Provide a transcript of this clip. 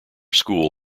school